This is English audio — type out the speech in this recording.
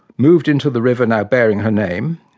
moved into the river now bearing her name,